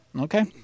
Okay